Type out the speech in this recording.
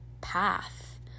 path